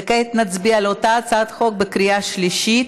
וכעת נצביע על אותה הצעת חוק בקריאה שלישית.